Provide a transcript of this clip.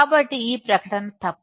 కాబట్టి ఈ ప్రకటన తప్పు